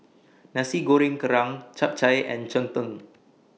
Nasi Goreng Kerang Chap Chai and Cheng Tng